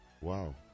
Wow